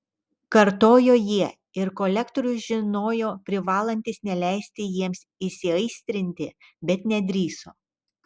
kartojo jie ir kolektorius žinojo privalantis neleisti jiems įsiaistrinti bet nedrįso